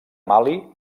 mali